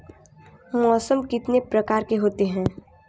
मौसम कितने प्रकार के होते हैं?